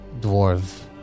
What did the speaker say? dwarf